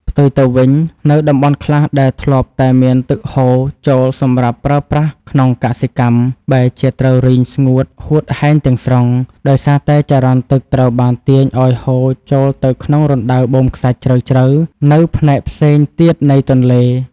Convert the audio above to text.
ផ្ទុយទៅវិញ នៅតំបន់ខ្លះដែលធ្លាប់តែមានទឹកហូរចូលសម្រាប់ប្រើប្រាស់ក្នុងកសិកម្ម បែរជាត្រូវរីងស្ងួតហួតហែងទាំងស្រុង ដោយសារតែចរន្តទឹកត្រូវបានទាញឱ្យហូរចូលទៅក្នុងរណ្តៅបូមខ្សាច់ជ្រៅៗនៅផ្នែកផ្សេងទៀតនៃទន្លេ។